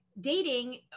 dating